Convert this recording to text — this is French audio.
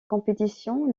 compétition